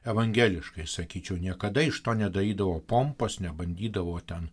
evangeliškai sakyčiau niekada iš to nedarydavo pompos nebandydavo ten